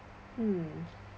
mm